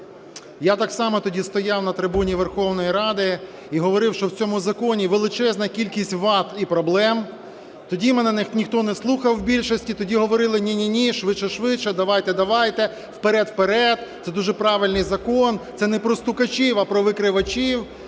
Я так само тоді стояв на трибуні Верховної Ради і говорив, що в цьому законі величезна кількість вад і проблем. Тоді мене ніхто не слухав у більшості. Тоді говорили: "Ні-ні-ні, швидше-швидше, давайте-давайте, вперед-вперед, це дуже правильний закон, це не про стукачів, а про викривачів"